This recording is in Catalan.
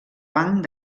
banc